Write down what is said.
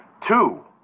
two